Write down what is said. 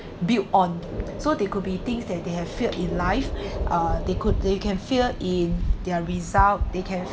built on so there could be things that they have failed in life uh they could they can fear in their result they can